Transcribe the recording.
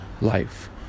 life